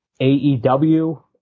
AEW